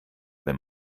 wenn